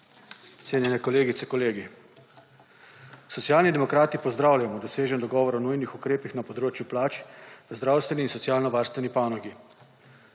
(nadaljevanje) kolegi. Socialni demokrati pozdravljamo dosežen dogovor o nujnih ukrepih na področju plač v zdravstveni in socialno varstveni panogi.